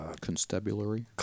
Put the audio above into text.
constabulary